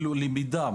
בוועדה.